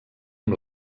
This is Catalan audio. amb